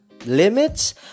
limits